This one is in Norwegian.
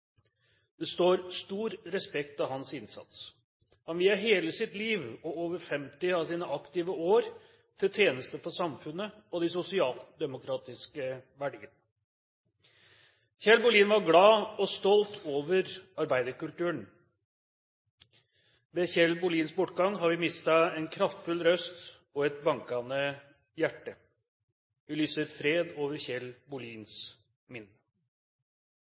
Det står stor respekt av hans innsats. Han viet hele sitt liv og over 50 av sine aktive år til tjeneste for samfunnet og de sosialdemokratiske verdiene. Kjell Bohlin var glad og stolt over arbeiderkulturen. Ved Kjell Bohlins bortgang har vi mistet en kraftfull røst og et bankende hjerte. Vi lyser fred over Kjell Bohlins minne.